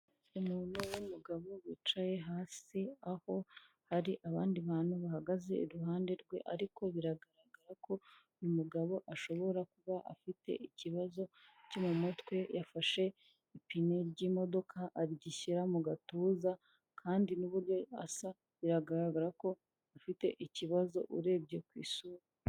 Umuntu w'umugabo wicaye hasi aho hari abandi bantu bahagaze iruhande rwe ariko biragaragara ko uyu mugabo ashobora kuba afite ikibazo cyo mu mutwe yafashe ipine ry'imodoka aryishyira mu gatuza kandi n'ububuryo asa biragaragara ko afite ikibazo urebye ku isura.